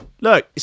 Look